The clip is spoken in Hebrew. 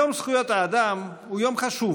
יום זכויות האדם הוא יום חשוב.